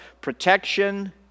protection